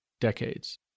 decades